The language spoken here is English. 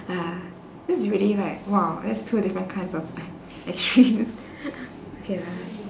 ah that's really like !wow! that's two different kind of extremes okay lah